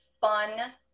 fun